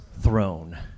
throne